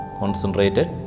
concentrated